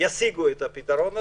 ישיגו את הפתרון הזה.